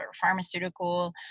pharmaceutical